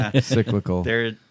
Cyclical